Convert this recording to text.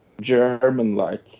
German-like